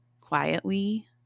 quietly